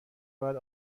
باید